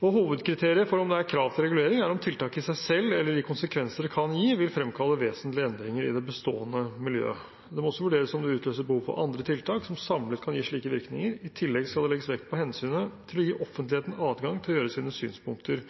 Hovedkriteriet for om det er krav til regulering, er om tiltaket i seg selv eller de konsekvenser det kan gi, vil fremkalle vesentlige endringer i det bestående miljøet. Det må også vurderes om det utløser behov for andre tiltak, som samlet kan gi slike virkninger. I tillegg skal det legges vekt på hensynet til å gi offentligheten adgang til å gjøre sine synspunkter